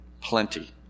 plenty